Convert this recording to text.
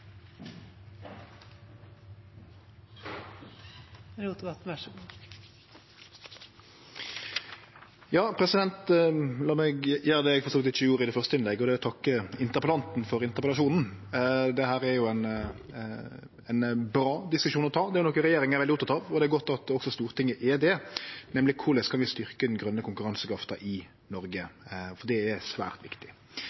La meg gjere det eg for så vidt ikkje gjorde i det første innlegget, og det er å takke interpellanten for interpellasjonen. Dette er jo en bra diskusjon å ta. Det er noko regjeringa er veldig oppteken av, og det er godt at også Stortinget er det, nemleg av korleis vi kan styrkje den grøne konkurransekrafta i